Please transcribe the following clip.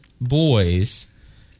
boys